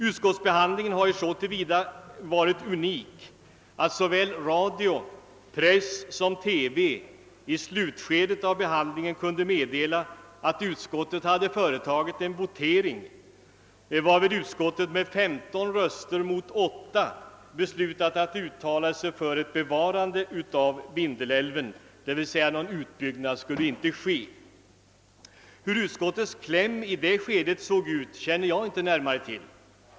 Utskottsbehandlingen har varit unik så till vida som såväl radio och TV som press i slutskedet av behandlingen kunde meddela att utskottet har företagit en votering, varvid det med 15 röster mot 8 hade beslutat att uttala sig för ett bevarande av Vindelälven, d.v.s. någon utbyggnad skulle icke ske. Hur utskottets kläm i det skedet såg ut känner jag inte närmare till.